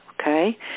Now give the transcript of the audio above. Okay